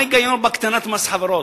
מה ההיגיון בהקטנת מס חברות?